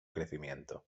crecimiento